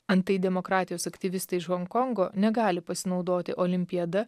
antai demokratijos aktyvistai iš honkongo negali pasinaudoti olimpiada